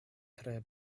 tre